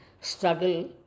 struggle